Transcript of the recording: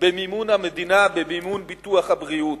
במימון המדינה, במימון ביטוח הבריאות.